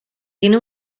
tiene